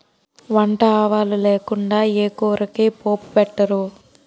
వంట ఆవాలు లేకుండా ఏ కూరకి పోపు పెట్టరు